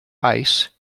ice